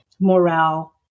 morale